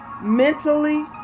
Mentally